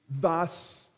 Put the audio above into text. Thus